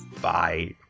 Bye